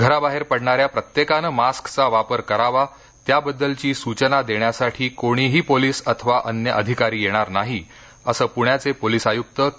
घराबाहेर पडणाऱ्या प्रत्येकानं मास्कचा वापर करावा त्याबद्दलची सूचना देण्यास कोणीही पोलीस अथवा अन्य अधिकारी येणार नाही असं पुण्याचे पोलीस आय़्क्त के